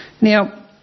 Now